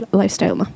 lifestyle